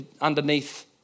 underneath